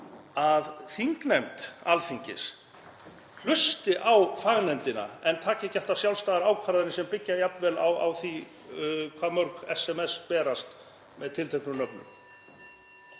að þingnefnd Alþingis hlusti á fagnefndina en taki ekki alltaf sjálfstæðar ákvarðanir sem byggja jafnvel á því hvað mörg SMS berast með tilteknum nöfnum.